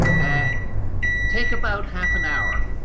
i take about half an hour,